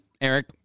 Eric